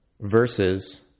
Versus